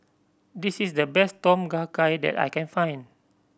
this is the best Tom Kha Gai that I can find